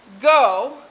go